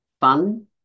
Fun